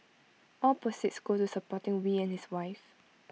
all proceeds go to supporting wee and his wife